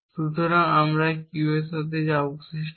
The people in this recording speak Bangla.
সুতরাং এই Q এর সাথে আমার যা অবশিষ্ট আছে